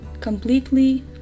completely